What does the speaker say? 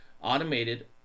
automated